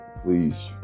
Please